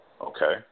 Okay